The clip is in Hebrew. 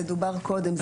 זה דובר קודם.